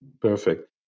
Perfect